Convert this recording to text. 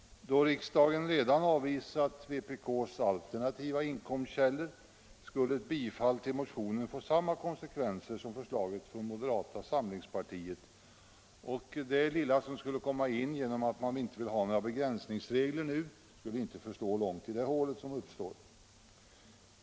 Då riksdagen redan avvisat vpk:s förslag om alternativa inkomstkällor, skulle ett bifall till motionen få samma konsekvenser som förslaget från moderata samlingspartiet, och det lilla som skulle komma in genom att man inte vill ha några begränsningsregler nu skulle inte förslå långt i det hål som uppstår.